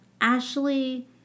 Ashley